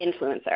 influencer